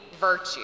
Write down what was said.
virtue